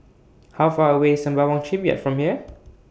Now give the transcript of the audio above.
How Far away IS Sembawang Shipyard from here